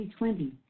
2020